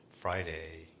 Friday